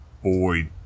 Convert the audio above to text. Boy